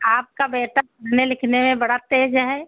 आपका बेटा पढ़ने लिखने में बड़ा तेज़ है